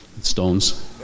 Stones